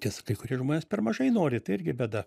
tiesa kai kurie žmonės per mažai nori tai irgi bėda